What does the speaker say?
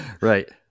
Right